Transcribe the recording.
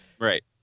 Right